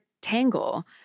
Tangle